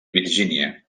virgínia